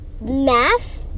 math